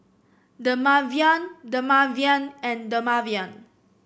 Dermaveen Dermaveen and Dermaveen